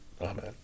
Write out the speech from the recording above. amen